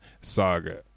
Saga